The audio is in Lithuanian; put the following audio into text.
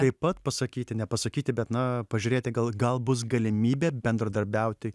taip pat pasakyti nepasakyti bet na pažiūrėti gal gal bus galimybė bendradarbiauti